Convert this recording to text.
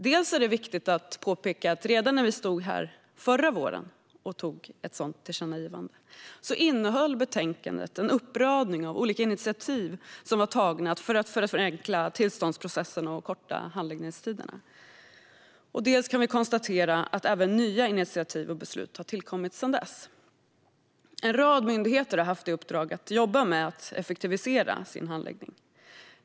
Det är viktigt att påpeka att redan när vi stod här förra våren och antog ett sådant tillkännagivande innehöll betänkandet en rad olika initiativ som tagits för att förenkla tillståndsprocesserna och korta handläggningstiderna. Vi kan också konstatera att även nya initiativ och beslut har tillkommit sedan dess. En rad myndigheter har haft i uppdrag att jobba med att effektivisera sin handläggning.